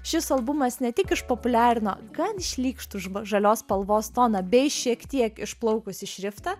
šis albumas ne tik išpopuliarino gan šlykštų žv žalios spalvos toną bei šiek tiek išplaukusį šriftą